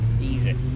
easy